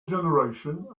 generation